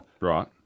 Right